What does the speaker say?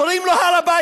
קוראים לו הר-הבית.